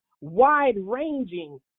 wide-ranging